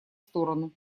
сторону